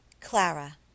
Clara